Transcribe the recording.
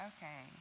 Okay